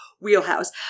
wheelhouse